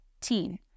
Teen